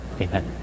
Amen